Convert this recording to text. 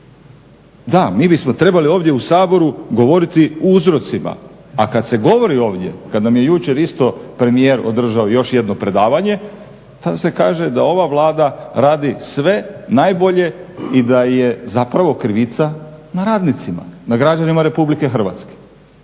Da, mi bismo trebali ovdje u Saboru govoriti o uzrocima, a kad se govori ovdje, kad nam je jučer isto premijer održao još jedno predavanje tada se kaže da ova Vlada radi sve najbolje i da je zapravo krivica na radnicima, na građanima RH.